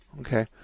Okay